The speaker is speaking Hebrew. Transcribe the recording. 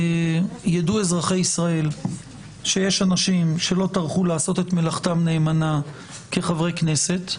ידעו אזרחי שיש אנשים שלא טרחו לעשות את מלאכתם נאמנה כחברי כנסת,